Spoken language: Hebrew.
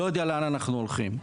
לא יודע לאן אנחנו הולכים.